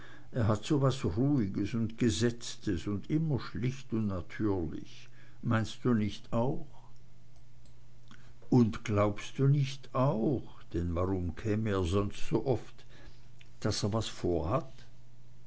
er hat so was ruhiges und gesetztes und immer schlicht und natürlich meinst du nicht auch jeserich nickte und glaubst du nicht auch denn warum käme er sonst so oft daß er was vorhat